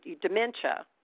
Dementia